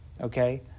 okay